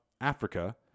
Africa